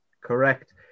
Correct